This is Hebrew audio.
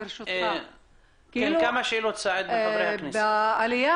מה עושה משרד הרווחה לגבי העלייה